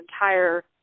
entire